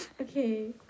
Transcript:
Okay